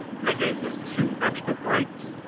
and that gave us two extra breaks.